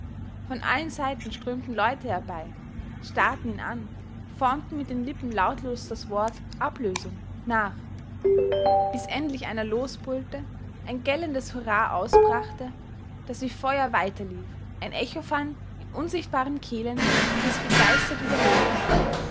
von allen seiten strömten leute herbei starrten ihn an formten mit den lippen lautlos das wort ablösung nach bis endlich einer losbrüllte ein gellendes hurrah ausbrachte das wie feuer weiterlief ein echo fand in unsichtbaren kehlen die es begeistert wiederholten